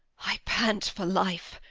i pant for life.